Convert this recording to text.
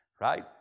right